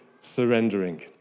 surrendering